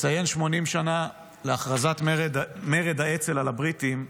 לציין 80 שנה להכרזת מרד האצ"ל על הבריטים,